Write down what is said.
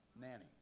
nanny